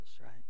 right